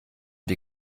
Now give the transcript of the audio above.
die